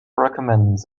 recommends